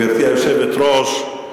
גברתי היושבת-ראש,